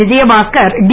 Vijayabaskar D